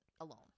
alone